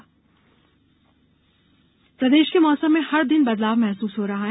मौसम प्रदेश कें मौसम में हर दिन बदलाव महसूस हो रहा है